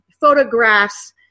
photographs